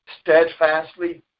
steadfastly